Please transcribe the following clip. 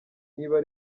niba